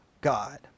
God